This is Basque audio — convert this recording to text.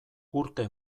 urte